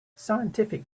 scientific